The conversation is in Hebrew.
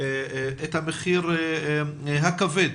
את המחיר הכבד